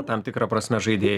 tam tikra prasme žaidėjai